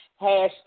hashtag